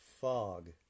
fog